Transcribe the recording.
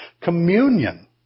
communion